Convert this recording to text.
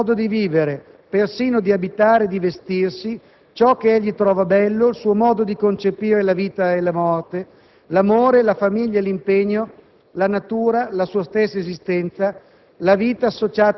ciò che caratterizza tutto il suo comportamento e il suo modo di vivere, persino di abitare e di vestirsi, ciò ch'egli trova bello, il suo modo di concepire la vita e la morte, l'amore, la famiglia e l'impegno,